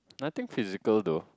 nothing physical though